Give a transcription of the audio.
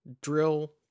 drill